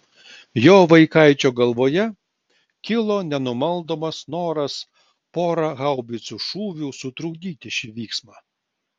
jo vaikaičio galvoje kilo nenumaldomas noras pora haubicų šūvių sutrukdyti šį vyksmą